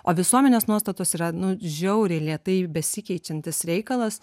o visuomenės nuostatos yra nu žiauriai lėtai besikeičiantis reikalas